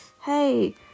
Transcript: hey